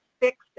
fixed